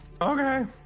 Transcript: Okay